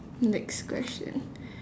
next question